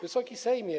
Wysoki Sejmie!